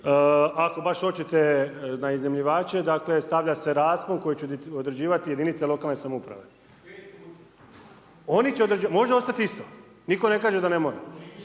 Ako baš hoćete na iznajmljivače, dakle stavlja se raspon koji će odrađivati jedinice lokalne samouprave. …/Upadica: 5 puta./… Oni će određivati, može ostati isto. Nitko ne kaže da ne mora.